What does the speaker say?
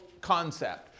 concept